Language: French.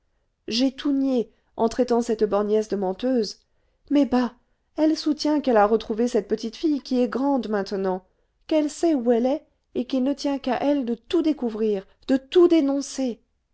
j'ai tout nié en traitant cette borgnesse de menteuse mais bah elle soutient qu'elle a retrouvé cette petite fille qui est grande maintenant qu'elle sait où elle est et qu'il ne tient qu'à elle de tout découvrir de tout dénoncer